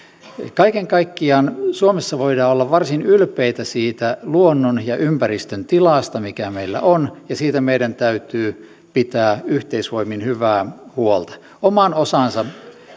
kaiken kaikkiaan suomessa voidaan olla varsin ylpeitä siitä luonnon ja ympäristön tilasta mikä meillä on ja siitä meidän täytyy pitää yhteisvoimin hyvää huolta oman osansa